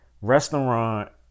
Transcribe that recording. restaurant